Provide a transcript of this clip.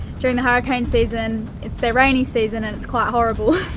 during the hurricane season, its their raining season and it's quite horrible,